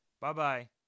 Bye-bye